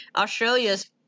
Australia's